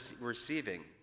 receiving